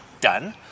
done